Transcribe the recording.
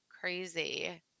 crazy